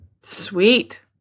Sweet